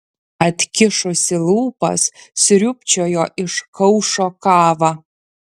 atkišusi lūpas sriūbčiojo iš kaušo kavą